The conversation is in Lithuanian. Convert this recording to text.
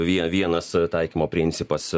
vienas taikymo principas